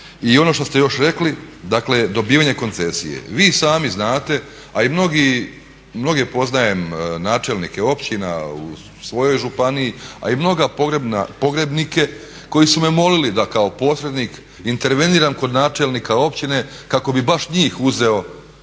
I ono što ste još rekli, dakle dobivanje koncesije. Vi sami znate, a i mnoge poznajem načelnike općina u svojoj županiji, a i mnoge pogrebnike koji su me molili da kao posrednik interveniram kod načelnika općine kako bih baš njih uzeo